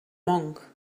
monk